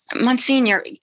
Monsignor